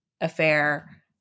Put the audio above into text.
affair